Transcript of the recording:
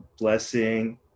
blessing